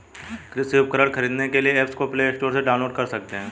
कृषि उपकरण खरीदने के लिए एप्स को प्ले स्टोर से डाउनलोड कर सकते हैं